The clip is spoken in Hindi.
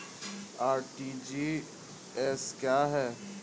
आर.टी.जी.एस क्या है?